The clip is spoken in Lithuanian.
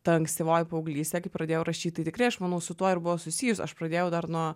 ta ankstyvoji paauglystė kai pradėjau rašyt tai tikrai aš manau su tuo ir buvo susijus aš pradėjau dar nuo